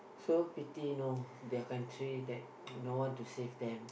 so pity you know their country that got no one to save them